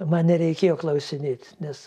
man nereikėjo klausinėt nes